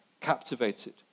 captivated